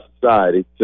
society